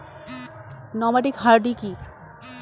Nomadic herding কি?